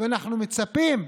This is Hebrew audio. ואנחנו מצפים,